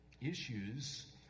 Issues